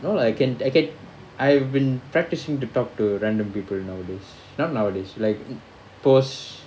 no lah I can I can I've been practising to talk to random people nowadays not nowadays like post